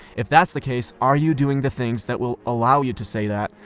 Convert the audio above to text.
if that's the case, are you doing the things that will allow you to say that,